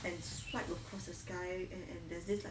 and swipe across the sky and and does this like